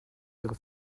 ihre